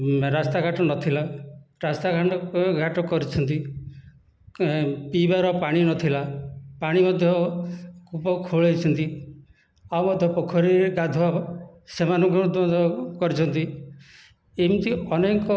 ରାସ୍ତା ଘାଟ ନଥିଲା ରାସ୍ତା ଘାଟ କରିଛନ୍ତି ପିଇବାର ପାଣି ନଥିଲା ପାଣି ମଧ୍ୟ କୂପ ଖୋଳେଇଛନ୍ତି ଆଉ ମଧ୍ୟ ପୋଖରୀରେ ଗାଧୁଆ ସେମାନଙ୍କୁ କରିଛନ୍ତି ଏମିତି ଅନେକ